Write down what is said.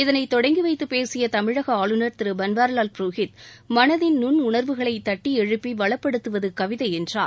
இதனை தொடங்கி வைத்து பேசிய தமிழக ஆளுநர் திரு பன்வாரிவால் புரோஹித் மனதின் நுண் உணா்வுகளை தட்டியெழுப்பி வளப்படுத்துவது கவிதை என்றார்